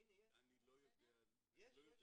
הישיבה ננעלה בשעה